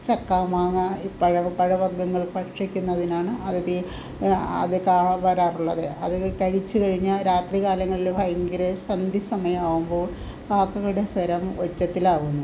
ചക്ക മാങ്ങ ഇട്ടക കിട്ടക വർഗ്ഗങ്ങൾ ഭക്ഷിക്കുന്നതിനാണ് അത് തേ അത് ക വരാറുള്ളത് അതു കഴിച്ചു കഴിഞ്ഞാൽ രാത്രി കാലങ്ങളിൽ ഭയങ്കര സന്ധ്യ സമയമാകുമ്പോൾ കാക്കകളുടെ സ്വരം ഉച്ചത്തിലാകുന്നു